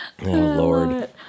lord